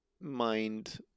Mind